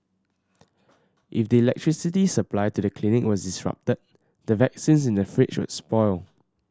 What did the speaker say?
if the electricity supply to the clinic was disrupted the vaccines in the fridge would spoil